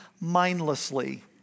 mindlessly